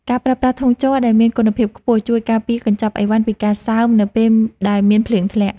ការប្រើប្រាស់ធុងជ័រដែលមានគុណភាពខ្ពស់ជួយការពារកញ្ចប់អីវ៉ាន់ពីការសើមនៅពេលដែលមានភ្លៀងធ្លាក់។